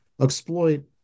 exploit